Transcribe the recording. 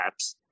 apps